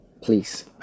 Please